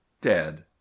dead